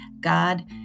God